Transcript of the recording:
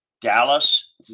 Dallas